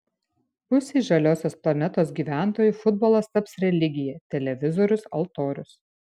pusei žaliosios planetos gyventojų futbolas taps religija televizorius altorius